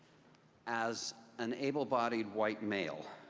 as an able-bodied white male,